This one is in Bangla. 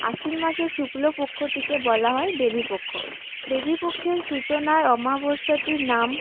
আশ্বিন মাসের শুক্লপক্ষটিকে বলা হয় দেবীপক্ষ দেবীপক্ষের সূচনার অমাবস্যাটির নাম